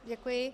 Děkuji.